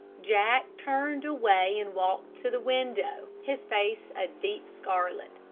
jack turned away and walked to the window, his face a deep scarlet.